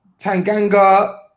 Tanganga